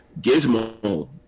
Gizmo